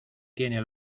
tiene